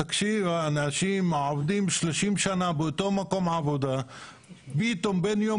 העובדים 30 שנה באותו מקום עבודה ופתאום בין יום